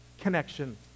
connection